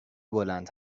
بلند